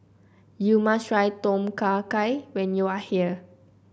you must try Tom Kha Gai when you are here